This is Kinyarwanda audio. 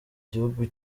igihugu